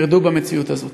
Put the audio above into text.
מרדו במציאות הזאת".